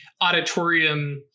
auditorium